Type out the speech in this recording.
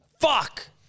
Fuck